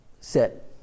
sit